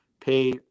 pay